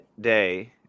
day